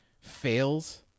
fails